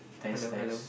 hello hello